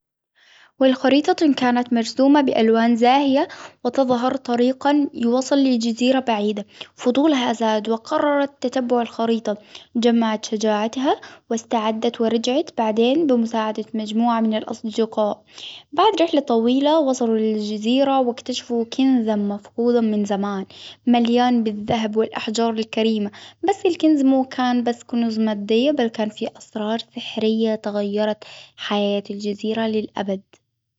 والخريطة كانت مرسومة بألوان زاهية وتظهر طريقا لوصل للجزيرة بعيدة، فضولها زاد وقررت تتبع الخريطة جمعت شجاعتها وأستعدت ورجعت بعدين بمساعدة مجموعة من الاصدقاء، بعد رحلة طويلة وصلوا للجزيرة وأكتشفوا كنزا مفقود من زمان مليان بالذهب والأحجار الكريمة، بس الكنز مو كان بس كنوز مادية بل كان في أسرار سحرية تغيرت حياة الجزيرة للأبد.